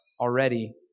already